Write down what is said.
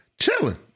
chilling